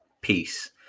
peace